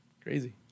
Crazy